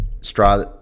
straw